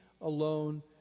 alone